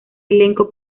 elenco